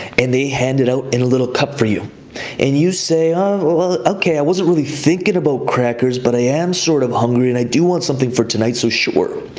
and they hand it out in a little cup for you and you say, oh, well, okay. i wasn't really thinking about crackers, but i am sort of hungry, and i do want something for tonight, so sure.